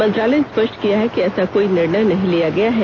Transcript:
मंत्रालय ने स्पष्ट किया है कि ऐसा कोई निर्णय नही लिया गया है